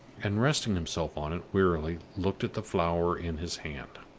and, resting himself on it wearily, looked at the flower in his hand.